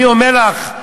אני אומר לך,